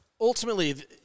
ultimately